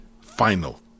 final